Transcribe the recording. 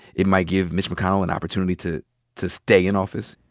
it might give mitch mcconnell an opportunity to to stay in office?